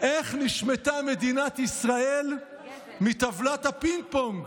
איך נשמטה מדינת ישראל מטבלת הפינג-פונג?